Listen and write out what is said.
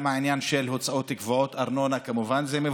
גם העניין של הוצאות גבוהות על ארנונה זה מבורך,